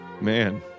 Man